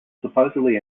supposedly